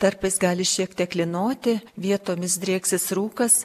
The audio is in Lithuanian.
tarpais gali šiek tiek lynoti vietomis drieksis rūkas